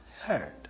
heard